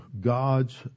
God's